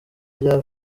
rya